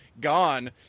gone